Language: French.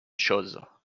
choses